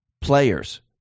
players